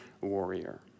warrior